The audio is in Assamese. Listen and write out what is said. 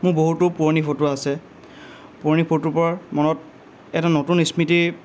মোৰ বহুতো পুৰণি ফটো আছে পুৰণি ফটোবোৰৰ মনত এটা নতুন স্মৃতি